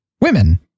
women